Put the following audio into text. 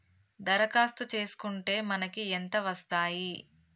దరఖాస్తు చేస్కుంటే మనకి ఎంత వస్తాయి?